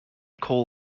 coal